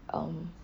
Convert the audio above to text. um